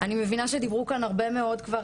אני מבינה שדיברו כאן הרבה מאוד כבר